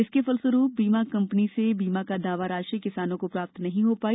इसके फलस्वरूप बीमा कंपनी से बीमा दावा राशि किसानों को प्राप्त नही हो पाई